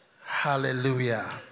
Hallelujah